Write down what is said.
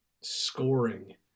scoring